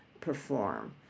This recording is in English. perform